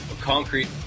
concrete